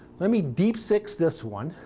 let me deep six this one